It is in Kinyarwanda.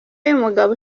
y’umugabo